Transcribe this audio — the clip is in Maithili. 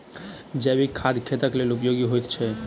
जैविक खाद खेतक लेल उपयोगी होइत छै